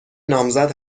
نامزد